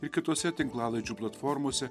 ir kitose tinklalaidžių platformose